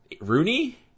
Rooney